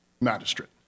Magistrate